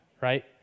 right